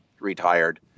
retired